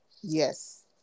Yes